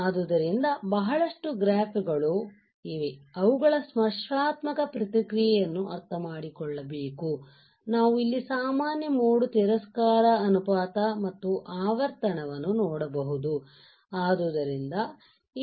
ಆದ್ದರಿಂದ ಬಹಳಷ್ಟು ಗ್ರಾಫ್ ಗಳು ಇವೆ ಅವು ಗಳ ಸ್ಪರ್ಶಾತ್ಮಕ ಪ್ರತಿಕ್ರಿಯೆಯನ್ನು ಅರ್ಥಮಾಡಿಕೊಳ್ಳಬೇಕು ನಾವು ಇಲ್ಲಿ ಸಾಮಾನ್ಯ ಮೋಡ್ ತಿರಸ್ಕಾರ ಅನುಪಾತ ಮತ್ತು ಆವರ್ತನವನ್ನು ನೋಡಬಹುದು